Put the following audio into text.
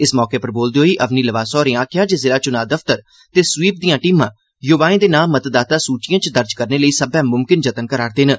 इस मौके उप्पर बोलदे होई अवनि लवासा होरें आखेआ जे जिला चुनां दफ्तर ते स्वीप दिआं टीमां युवाएं दे नां मतदाता सूचिएं च दर्ज करने लेई सब्बै मुमकिन जतन करा'रदिआं न